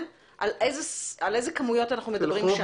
על איזה כמויות אנחנו מדברים,